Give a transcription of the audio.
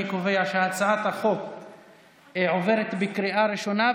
אני קובע שהצעת החוק עוברת בקריאה ראשונה,